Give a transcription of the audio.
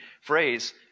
phrase